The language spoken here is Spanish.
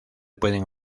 pueden